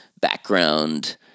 background